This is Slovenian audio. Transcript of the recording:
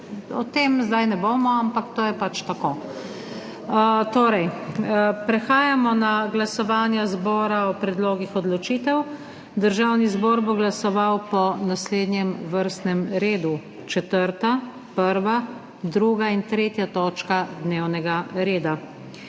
o tem zdaj ne bomo, ampak to je pač tako. Torej, prehajamo na glasovanje zbora o predlogih odločitev. Državni zbor bo glasoval po naslednjem vrstnem redu: 4., 1., 2. in 3. točka dnevnega reda.